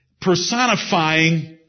personifying